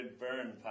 burn